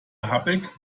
habeck